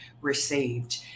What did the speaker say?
received